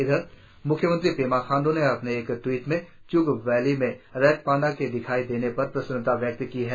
इधर म्ख्यमंत्री पेमा खाण्ड् ने अपने एक ट्वीट में च्ग वैली में रेड पांडा के दिखाई पड़ने पर प्रसन्नता व्यक्त की है